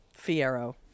Fierro